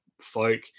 folk